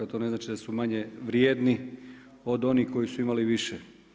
To ne znači da su manje vrijedni od onih koji su imali više.